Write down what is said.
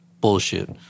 bullshit